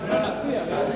נתקבל.